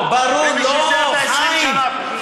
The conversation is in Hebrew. ובשביל זה אתה 20 שנה פה.